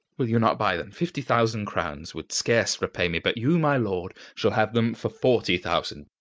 will you not buy them? fifty thousand crowns would scarce repay me. but you, my lord, shall have them for forty thousand.